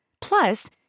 Plus